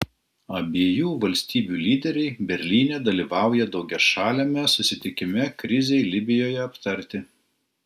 abiejų valstybių lyderiai berlyne dalyvauja daugiašaliame susitikime krizei libijoje aptarti